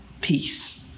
peace